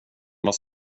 vad